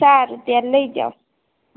સારું ત્યારે લઈ જાઓ